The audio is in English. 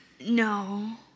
No